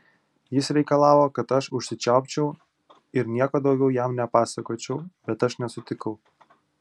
jis reikalavo kad aš užsičiaupčiau ir nieko daugiau jam nepasakočiau bet aš nesutikau